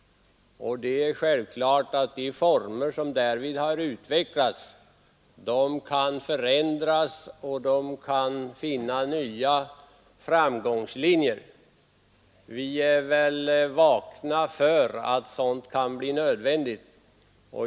Det är självklart att de former som därvid har utvecklats kan förändras och att man kan finna nya framgångslinjer. Vi är vakna för att sådant kan bli nödvändigt.